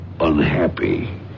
unhappy